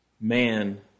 man